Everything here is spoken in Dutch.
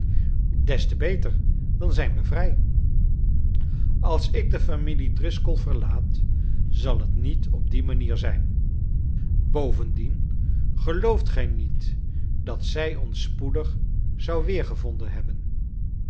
des te beter dan zijn wij vrij als ik de familie driscoll verlaat zal het niet op die manier zijn bovendien gelooft gij niet dat zij ons spoedig zou weergevonden hebben